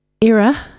era